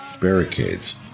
Barricades